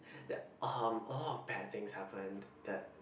ya um a lot of bad things happened that